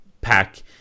pack